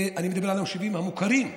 אני מדבר על היישובים המוכרים,